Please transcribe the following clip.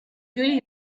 tüli